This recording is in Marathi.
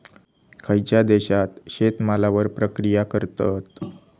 खयच्या देशात शेतमालावर प्रक्रिया करतत?